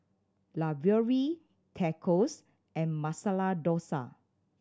Ravioli Tacos and Masala Dosa